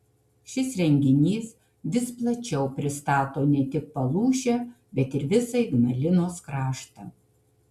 šis renginys vis plačiau pristato ne tik palūšę bet ir visą ignalinos kraštą